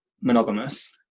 monogamous